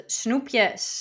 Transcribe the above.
snoepjes